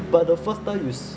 but the first time you se~